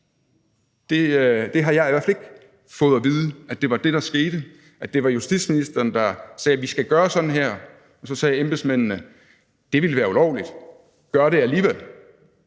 Det har jeg i hvert fald ikke fået at vide var det, der skete, altså at det var justitsministeren, der sagde: Vi skal gøre sådan her. Og så sagde embedsmændene: Det vil være ulovligt. Og så sagde